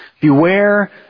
Beware